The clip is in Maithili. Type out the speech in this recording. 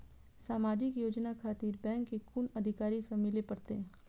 समाजिक योजना खातिर बैंक के कुन अधिकारी स मिले परतें?